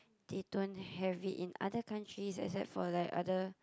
they don't have it in other countries except for like other